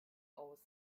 aus